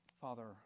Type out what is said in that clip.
Father